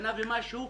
שנה ומשהו,